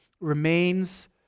remains